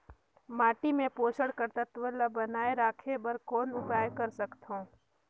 माटी मे पोषक तत्व ल बनाय राखे बर कौन उपाय कर सकथव?